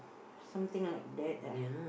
something like that ah